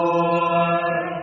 Lord